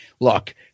Look